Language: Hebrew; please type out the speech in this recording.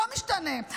לא משתנה.